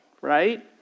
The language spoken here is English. right